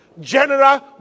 General